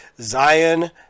zion